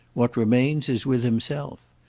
what remains is with himself.